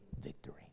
victory